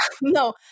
No